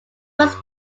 was